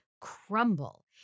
crumble